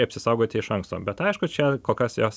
apsisaugoti iš anksto bet aišku čia kol kas jos